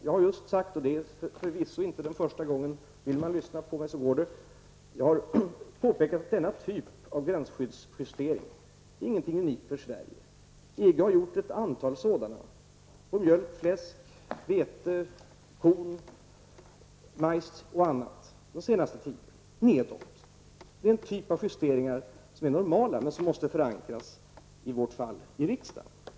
Jag har just sagt, och det är förvisso inte första gången, att denna typ av gränsskyddsjustering inte är någonting unikt för Sverige. EG har gjort ett antal sådana nedåt under den senaste tiden på mjölk, fläsk, vete, korn, majs och annat. Det är en typ av justeringar som är normal, men som i vårt fall måste förankras i riksdagen.